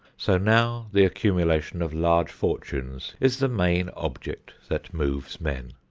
so now the accumulation of large fortunes is the main object that moves man.